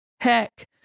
Heck